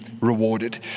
rewarded